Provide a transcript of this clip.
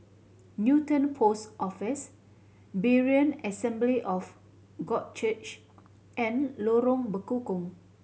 Newton Post Office Berean Assembly of God Church and Lorong Bekukong